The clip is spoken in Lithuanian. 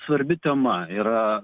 svarbi tema yra